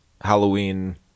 halloween